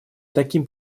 таким